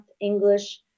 English